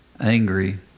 angry